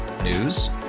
News